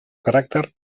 caràcter